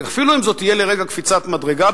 ואפילו אם זאת תהיה לרגע קפיצת מדרגה,